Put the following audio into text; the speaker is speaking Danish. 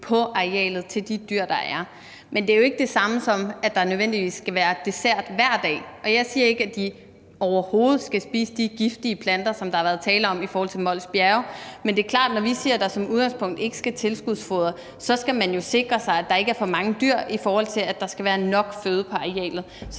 på arealet til de dyr, der er der. Men det er jo ikke det samme, som at der nødvendigvis skal være dessert hver dag. Jeg siger overhovedet ikke, at de skal spise de giftige planter, som der har været tale om i forhold til Mols Bjerge. Men det er klart, at når vi siger, at der som udgangspunkt ikke skal være tilskudsfoder, så skal man jo sikre sig, at der ikke er for mange dyr, i forhold til at der skal være nok føde på arealet.